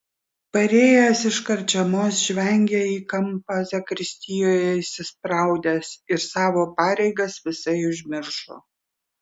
parėjęs iš karčiamos žvengė į kampą zakristijoje įsispraudęs ir savo pareigas visai užmiršo